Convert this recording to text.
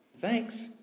Thanks